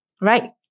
right